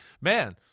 man